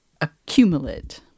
accumulate